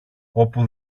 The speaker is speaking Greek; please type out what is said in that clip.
όπου